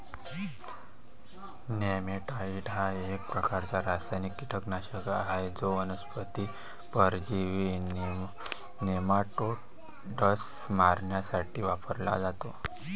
नेमॅटाइड हा एक प्रकारचा रासायनिक कीटकनाशक आहे जो वनस्पती परजीवी नेमाटोड्स मारण्यासाठी वापरला जातो